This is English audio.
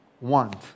want